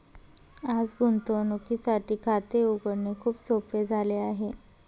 आज गुंतवणुकीसाठी खाते उघडणे खूप सोपे झाले आहे